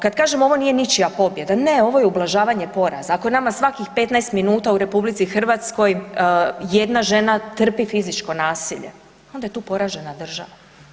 Kad kažem ovo nije ničija pobjeda, ne, ovo je ublažavanje poraza, ako nama svakih 15 min u RH jedna žena trpi fizičko nasilje, onda je tu poražena država.